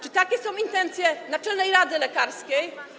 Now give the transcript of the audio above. Czy takie są intencje Naczelnej Rady Lekarskiej?